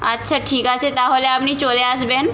আচ্ছা ঠিক আছে তাহলে আপনি চলে আসবেন